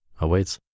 awaits